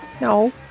No